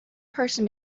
person